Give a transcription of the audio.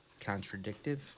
contradictive